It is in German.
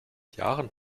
jahren